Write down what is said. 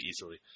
easily